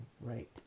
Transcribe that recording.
right